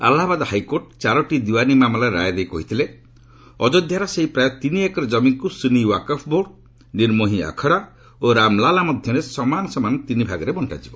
Allahabad high court ଚାରୋଟି ଦିୱାନୀ ମାମଲାରେ ରାୟ ଦେଇ କହିଥିଲେ ଅଯୋଧ୍ୟାର ସେହି ପ୍ରାୟ ତିନି ଏକର ଜମିକୁ ସୁନି ୱାକଫ୍ ବୋର୍ଡ ନିର୍ମୋହି ଆଖଡ଼ା ଓ ରାମଲାଲା ମଧ୍ୟରେ ସମାନ ସମାନ ତିନି ଭାଗରେ ବଣ୍ଟାଯିବ